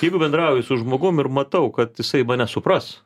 jeigu bendrauju su žmogum ir matau kad jisai mane supras